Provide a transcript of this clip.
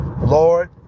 Lord